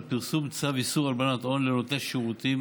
פרסום צו איסור הלבנת הון לנותני שירותים